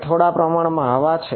ત્યાં થોડા પ્રમાણ માં હવા છે